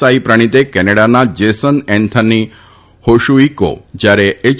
સાઇ પ્રણીતે કેનેડાના Jason Anthony હો શુઇકો જ્યારે એય